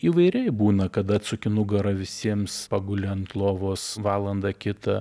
įvairiai būna kad atsuki nugarą visiems paguli ant lovos valandą kitą